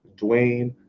Dwayne